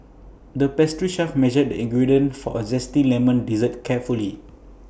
the pastry chef measured the ingredients for A Zesty Lemon Dessert carefully